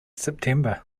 september